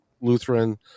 lutheran